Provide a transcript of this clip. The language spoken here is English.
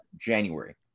January